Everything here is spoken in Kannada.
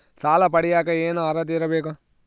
ಸಾಲ ಪಡಿಯಕ ಏನು ಅರ್ಹತೆ ಇರಬೇಕು?